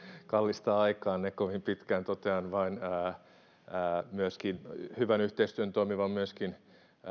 kallista aikaanne kovin pitkään totean vain hyvän yhteistyön toimivan myöskin